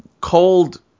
Cold